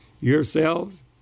yourselves